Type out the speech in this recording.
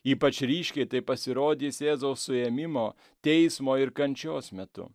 ypač ryškiai tai pasirodys jėzaus suėmimo teismo ir kančios metu